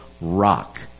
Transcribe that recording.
Rock